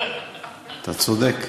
אתה צודק.